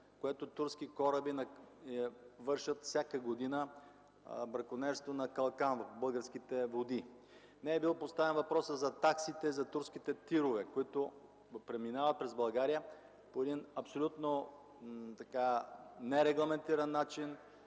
което турски кораби вършат всяка година – бракониерство на калкан в българските води. Не е бил поставен въпросът за таксите за турските тирове, които преминават през България по абсолютно нерегламентиран начин,